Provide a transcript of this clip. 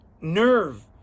nerve